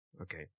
Okay